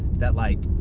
that like,